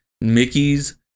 Mickey's